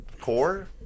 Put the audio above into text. core